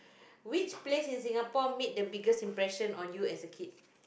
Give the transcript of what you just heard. which place in Singapore made the biggest impression on you as a kid